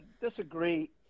disagree